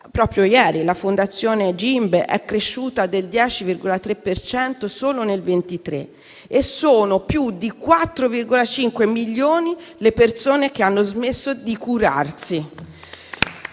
proprio ieri la Fondazione GIMBE, è cresciuta del 10,3 per cento solo nel 2023 e sono più di 4,5 milioni le persone che hanno smesso di curarsi.